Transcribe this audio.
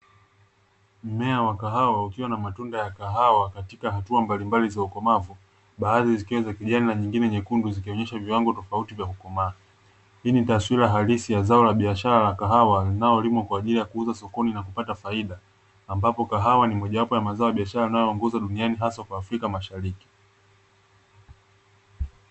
Mmea wa kahawa ukiwa na matunda ya kahawa katika hatua mbalimbali za ukomavu baadhi zikiwa za kijani na nyingine nyekundu, zikionyesha viwango tofauti vya kukomaa, hii ni taswira halisi ya zao la biashara kahawa linalolimwa kwa ajili ya kuuza sokoni na kupata faida, ambapo kahawa ni mojawapo ya mazao ya biashara nayo ongoza duniani hasa kwa Afrika mashariki.